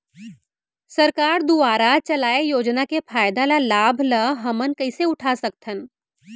सरकार दुवारा चलाये योजना के फायदा ल लाभ ल हमन कइसे उठा सकथन?